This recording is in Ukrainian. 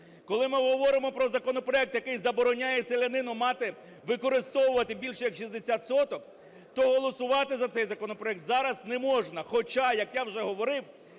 Коли ми говоримо про законопроект, який забороняє селянину мати, використовувати більше як 60 соток, то голосувати за цей законопроект зараз не можна.